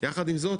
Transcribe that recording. יחד עם זאת,